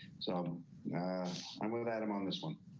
so i'm with adam on this one.